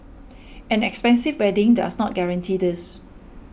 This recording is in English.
an expensive wedding does not guarantee this